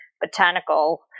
botanical